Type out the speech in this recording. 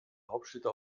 hauptstädte